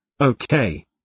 Okay